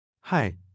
Hi